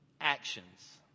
actions